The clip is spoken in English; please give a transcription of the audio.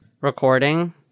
recording